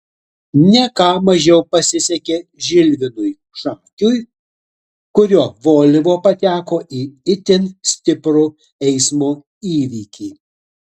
ne ką mažiau pasisekė žilvinui šakiui kurio volvo pateko į itin stiprų eismo įvykį